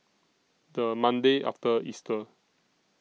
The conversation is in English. The Monday after Easter